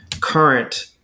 Current